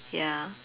ya